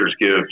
give